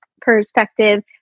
perspective